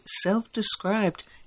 self-described